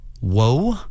Whoa